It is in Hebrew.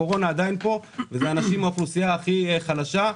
הקורונה עדיין פה ואלו אנשים מהאוכלוסייה הכי חלשה.